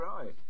right